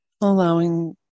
Allowing